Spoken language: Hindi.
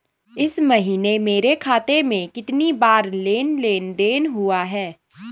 इस महीने मेरे खाते में कितनी बार लेन लेन देन हुआ है?